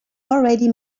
already